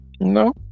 No